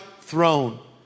throne